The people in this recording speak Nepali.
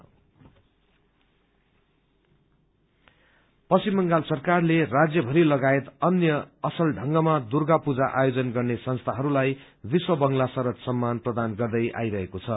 शरद सम्मान पश्चिम बंगाल सरकारले राज्यभरि लगायत अन्य असल ढंगमा दुर्गा पूजा आयोजन गर्ने संस्थाहरूलाई विश्व बंगला शदर सम्मान प्रदान गदै आइरहेको छ